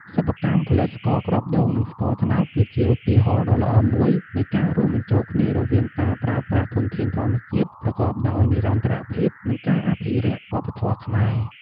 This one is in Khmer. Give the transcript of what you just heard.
សិប្បកម្មផលិតស្ករគ្រាប់ដូង និងស្ករត្នោត គឺជាឧទាហរណ៍ដ៏ល្អមួយនៃការរួមបញ្ចូលគ្នារវាងការប្រើប្រាស់ធនធានធម្មជាតិប្រកបដោយនិរន្តរភាព និងការអភិរក្សវប្បធម៌ខ្មែរ។